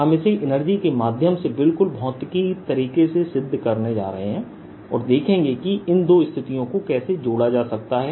हम इसे एनर्जी के माध्यम से बिल्कुल भौतिकी तरीके से सिद्ध करने जा रहे हैं और देखेंगे कि इन दो स्थितियों को कैसे जोड़ा जा सकता है